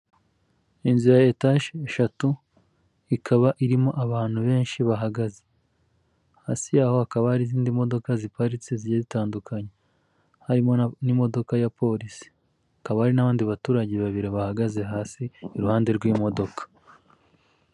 Inzu ya etaje eshatu, ikaba irimo abantu benshi bahagaze, hasi yaho hakaba hari izindi modoka ziparitse zigiye zitandukanye, harimo n'imodoka ya polisi, hakaba hari n'abandi baturage babiri bahagaze hasi iruhande rw'imodoka.